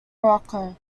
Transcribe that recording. morocco